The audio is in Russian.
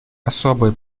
особые